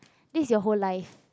this your whole life